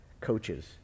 coaches